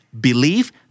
believe